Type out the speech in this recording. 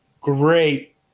great